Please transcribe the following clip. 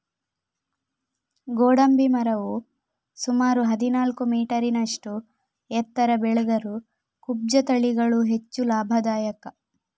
ಗೋಡಂಬಿ ಮರವು ಸುಮಾರು ಹದಿನಾಲ್ಕು ಮೀಟರಿನಷ್ಟು ಎತ್ತರ ಬೆಳೆದರೂ ಕುಬ್ಜ ತಳಿಗಳು ಹೆಚ್ಚು ಲಾಭದಾಯಕ